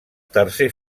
tercer